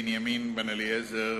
בנימין בן-אליעזר,